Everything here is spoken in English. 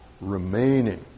remaining